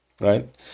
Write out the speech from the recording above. right